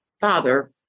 father